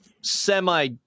semi